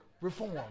Reform